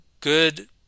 good